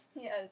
Yes